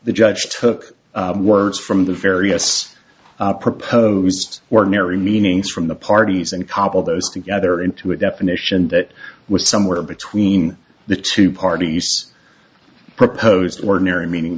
the judge took words from the various proposed ordinary meanings from the parties and cobble those together into a definition that was somewhere between the two parties proposed ordinary meaning